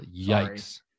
Yikes